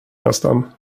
nästan